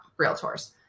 Realtors